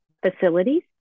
facilities